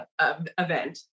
event